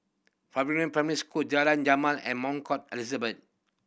Primary School Jalan Jamal and Elizabeth